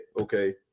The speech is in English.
okay